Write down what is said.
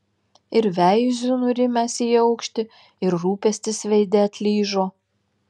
ir veiziu nurimęs į aukštį ir rūpestis veide atlyžo